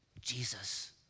Jesus